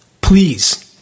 Please